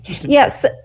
Yes